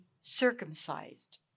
circumcised